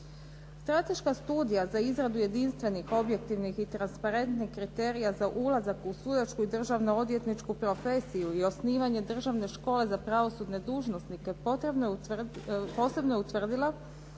Strateška studija za izradu jedinstvenih, objektivnih i transparentnih kriterija za ulazak u sudačku i državno odvjetničku profesiju i osnivanje državne škole za pravosudne dužnosnike posebno je utvrdila